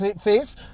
face